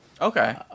Okay